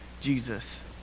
Jesus